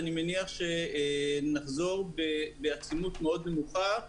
אני מניח שנחזור בעצימות מאוד נמוכה,